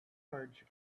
large